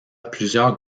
plusieurs